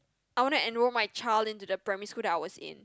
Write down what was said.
I want to enrol my child into the primary school that I was in